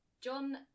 John